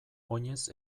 oinez